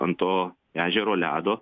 ant to ežero ledo